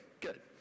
good